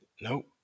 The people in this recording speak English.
Nope